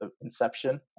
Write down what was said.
inception